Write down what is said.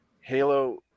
Halo